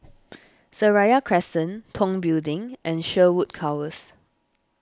Seraya Crescent Tong Building and Sherwood Towers